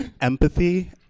empathy